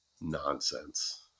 nonsense